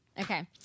Okay